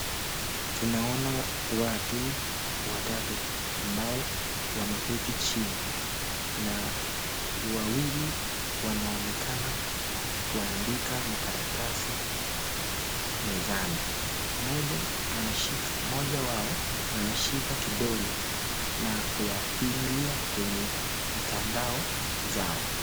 Tunaona watu watatu ambao wameketi chini. Na wawili wanaonekana kuandika makaratasi mezani. Moja wao anashika kidole na kuyafinyilia kwa mtandao zao.